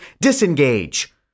Disengage